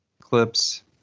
clips